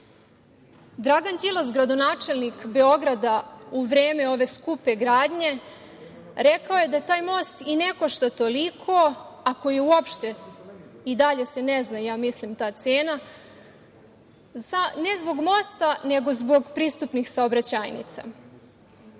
Dragan Đilas, gradonačelnik Beograda, u vreme ove skupe gradnje, rekao je da taj most i ne košta toliko, ako je uopšte, i dalje se ne zna ja mislim ta cena, ne zbog mosta, nego zbog pristupnih saobraćajnica. Dakle,